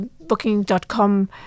booking.com